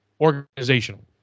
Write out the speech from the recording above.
organizational